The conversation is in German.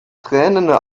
tränende